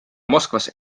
moskvas